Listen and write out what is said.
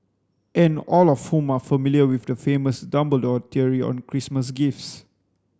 and all of whom are familiar with the famous Dumbledore theory on Christmas gifts